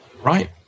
Right